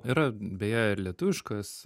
yra beje ir lietuviškas